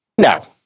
No